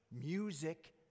music